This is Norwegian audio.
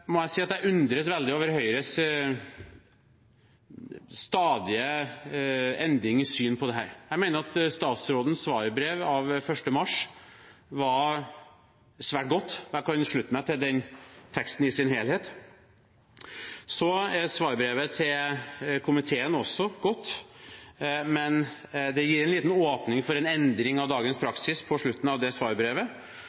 må jeg si at jeg undres veldig over Høyres stadige endringer i synet på dette. Jeg mener at statsrådens svarbrev av 1. mars var svært godt, og jeg kan slutte meg til den teksten i sin helhet. Svarbrevet til komiteen er også godt, men det gis en liten åpning for en endring av dagens